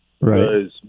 Right